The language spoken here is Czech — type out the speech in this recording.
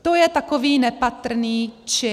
To je takový nepatrný čin.